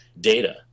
data